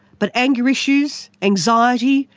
but anger issues, anxiety,